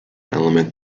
element